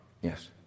Yes